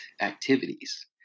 activities